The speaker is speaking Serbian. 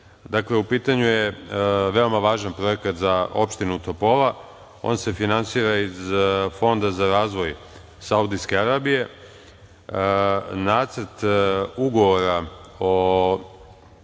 Dakle, u pitanju je veoma važan projekat za opštinu Topola. On se finansira iz Fonda za razvoj Saudijske Arabije.